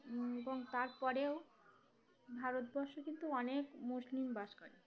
এবং তারপরেও ভারতবর্ষ কিন্তু অনেক মুসলিম বাস করে